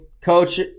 coach